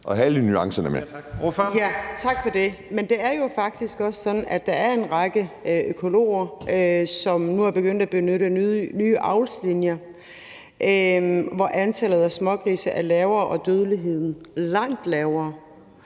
at have alle nuancerne med.